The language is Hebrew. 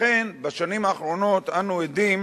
ואכן בשנים האחרונות אנו עדים